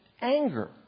anger